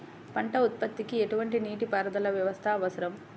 పంట ఉత్పత్తికి ఎటువంటి నీటిపారుదల వ్యవస్థ అవసరం?